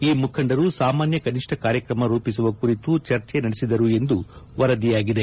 ಈ ಮುಖಂಡರು ಸಾಮಾನ್ಯ ಕನಿಷ್ಟ ಕಾರ್ಯಕ್ರಮ ರೂಪಿಸುವ ಕುರಿತು ಚರ್ಚೆ ನಡೆಸಿದರು ಎಂದು ವರದಿಯಾಗಿದೆ